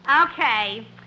Okay